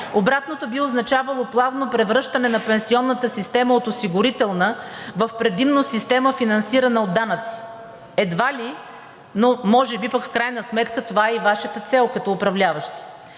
Обратното би означавало плавно превръщане на пенсионната система от осигурителна в предимно система, финансирана от данъци. Едва ли, но може би пък в крайна сметка това е и Вашата цел като управляващи.